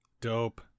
Dope